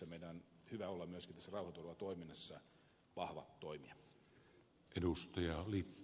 meidän on hyvä olla myöskin tässä rauhanturvatoiminnassa vahva toimija